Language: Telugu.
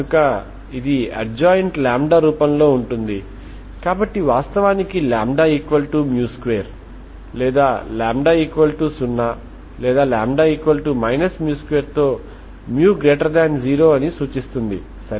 కనుక ఇది సెల్ఫ్ అడ్ జాయింట్ రూపంలో ఉంటుంది కాబట్టి వాస్తవానికి λ2 లేదాλ0లేదా λ 2 తో μ0 అని సూచిస్తుంది